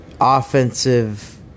offensive